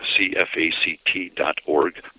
cfact.org